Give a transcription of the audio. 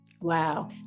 Wow